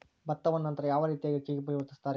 ಭತ್ತವನ್ನ ನಂತರ ಯಾವ ರೇತಿಯಾಗಿ ಅಕ್ಕಿಯಾಗಿ ಪರಿವರ್ತಿಸುತ್ತಾರೆ?